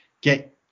get